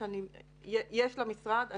יש למשרד.